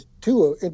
two